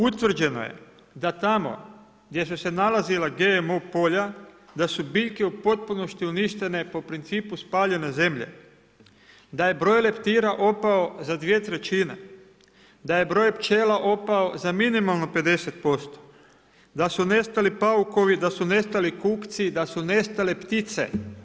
Utvrđeno je da tamo, gdje su se nalazila GMO polja, da su biljke u potpunosti uništenosti po principu spaljene zemlje, da je broj leptira otpao za 2/3, da je broj pčela opao za minimalno 50%, da su nestali paukovi, da su nestali kukci, da su nestale ptice.